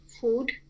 food